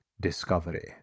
discovery